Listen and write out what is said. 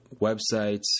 websites